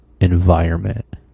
environment